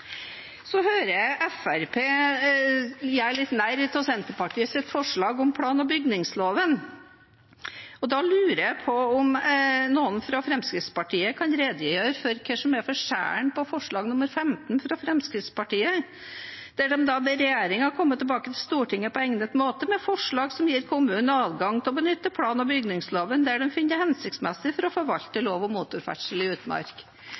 Så hører jeg Fremskrittspartiet gjøre litt narr av Senterpartiets forslag om plan- og bygningsloven, og da lurer jeg på om noen fra Fremskrittspartiet kan redegjøre for hva som er forskjellig med forslag nr. 15, fra Fremskrittspartiet, der de ber regjeringen komme tilbake til Stortinget på egnet måte med forslag som gir kommunen adgang til å benytte plan- og bygningsloven der de finner det hensiktsmessig for å forvalte lov om motorferdsel i utmark.